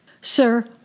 Sir